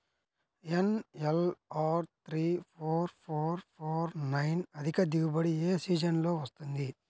NLR three four four four nine అధిక దిగుబడి ఏ సీజన్లలో వస్తుంది?